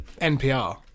NPR